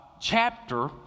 chapter